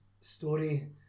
story